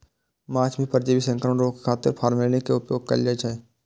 माछ मे परजीवी संक्रमण रोकै खातिर फॉर्मेलिन के उपयोग कैल जाइ छै